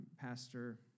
pastor